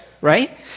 right